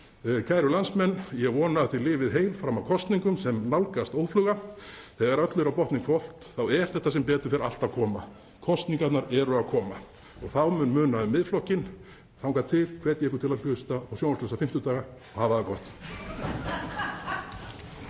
Kæru landsmenn. Ég vona að þið lifið heil fram að kosningum sem nálgast óðfluga. Þegar öllu er á botninn hvolft er þetta sem betur fer allt að koma. Kosningarnar eru að koma og þá mun muna um Miðflokkinn. Þangað til hvet ég ykkur til að hlusta á Sjónvarpslausa fimmtudaga og hafa það gott.